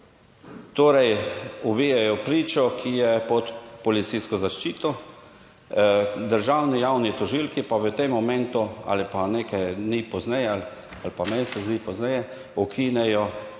torej, ubijejo pričo, ki je pod policijsko zaščito, državni javni tožilci pa v tem momentu ali pa nekaj dni pozneje ali pa mesec dni pozneje ukinejo